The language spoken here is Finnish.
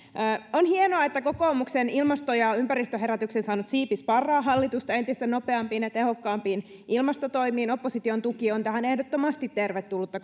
on hienoa että kokoomuksen ilmasto ja ympäristöherätyksen saanut siipi sparraa hallitusta entistä nopeampiin ja tehokkaampiin ilmastotoimiin opposition tuki on tähän ehdottomasti tervetullutta